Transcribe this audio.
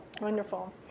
Wonderful